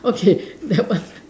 okay that one